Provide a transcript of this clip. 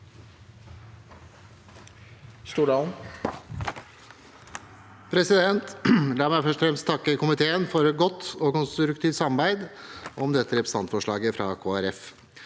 sa- ken): La meg først og fremst takke komiteen for et godt og konstruktivt samarbeid om dette representantforslaget fra